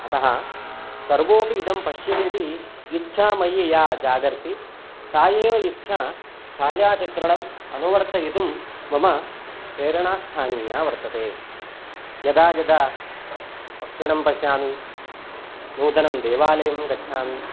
अतः सर्वोपि इदं पश्येदिति इच्छा मयि या जागर्ति सा एव इच्छा छायाचित्रणम् अनुवर्तयितुं मम प्रेरणास्थानीया वर्तते यदा यदा पक्षिणं पश्यामि नूतनं देवालयं गच्छामि